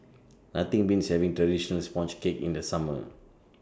Nothing Beats having Traditional Sponge Cake in The Summer